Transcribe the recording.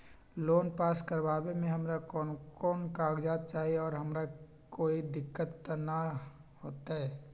Loan pass करवावे में हमरा कौन कौन कागजात चाही और हमरा कोई दिक्कत त ना होतई?